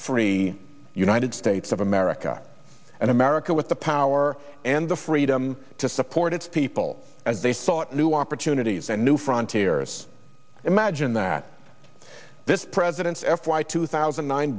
free united states of america an america with the power and the freedom to support its people as they sought new opportunities and new frontiers imagine that this president's f y two thousand